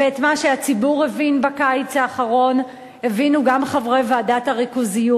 את מה שהציבור הבין בקיץ האחרון הבינו גם חברי ועדת הריכוזיות.